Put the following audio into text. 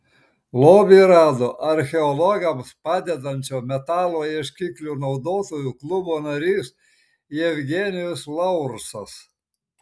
lobį rado archeologams padedančio metalo ieškiklių naudotojų klubo narys jevgenijus laursas